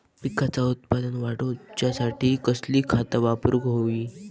पिकाचा उत्पन वाढवूच्यासाठी कसली खता वापरूक होई?